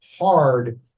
hard